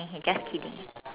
just kidding